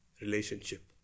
relationship